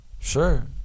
sure